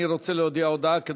אני רוצה להודיע הודעה,